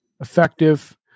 effective